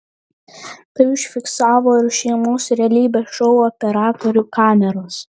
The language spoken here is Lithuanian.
tai užfiksavo ir šeimos realybės šou operatorių kameros